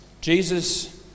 Jesus